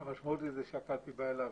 זה לא כמו שהקלפי באה אליו.